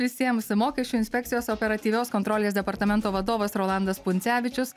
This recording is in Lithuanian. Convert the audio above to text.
visiems mokesčių inspekcijos operatyvios kontrolės departamento vadovas rolandas puncevičius